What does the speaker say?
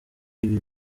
ibi